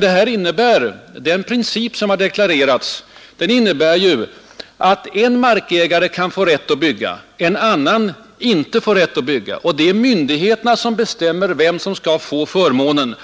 Den princip som utskottet har deklarerat innebär ju att en markägare kan få rätt att bygga, medan en annan inte får rätt att bygga. Det är myndigheterna som bestämmer vem som skall få förmånen.